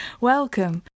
Welcome